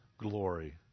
glory